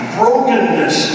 brokenness